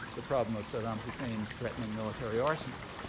the problem of saddam hussein's threatening military arsenals.